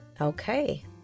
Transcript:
Okay